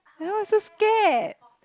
why you so scared